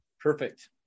Perfect